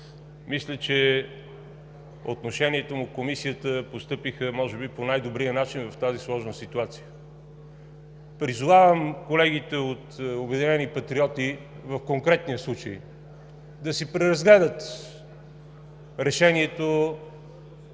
Мисля, че отношението му… В Комисията постъпиха може би по най-добрия начин в тази сложна ситуация. Призовавам колегите от „Обединени патриоти“ в конкретния случай да си преразгледат решението,